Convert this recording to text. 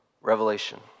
Revelation